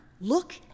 look